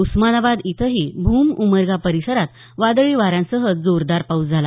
उस्मानाबाद इथंही भूम उमरगा परिसरात वादळी वाऱ्यासह जोरदार पाऊस झाला